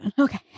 Okay